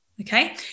Okay